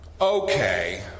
okay